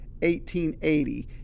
1880